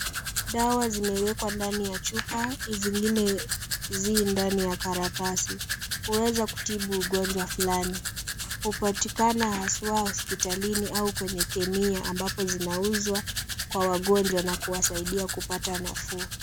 Dawa zimewekwa ndani ya chupa, zingine zi ndani ya karatasi. Hueza kutibu ugonjwa fulani. Hupatikana haswa hosipitalini au kwenye kemia ambapo zinauzwa kwa wagonjwa na kuwasaaidia kupata nafuu.